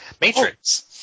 Matrix